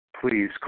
please